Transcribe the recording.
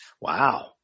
Wow